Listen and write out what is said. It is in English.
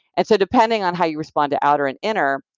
and so depending on how you respond to outer and inner,